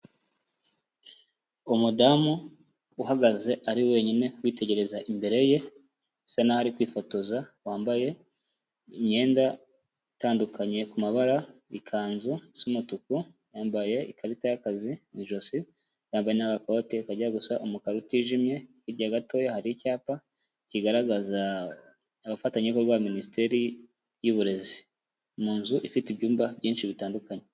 Umudamu uhagaze ari wenyine witegereza imbere ye usa naho arikwifotoza, wambaye imyenda itandukanye ku mabara ikanzu z'umutuku. Yambaye ikarita y'akazi mu ijosi, yambaye n'agakote kajya gusa umukara utijimye. Hirya gatoya hari icyapa kigaragaza abafatanyabikorwa ba Minisiteri y'uburezi mu nzu ifite ibyumba byinshi bitandukanye.